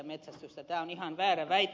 tämä on ihan väärä väite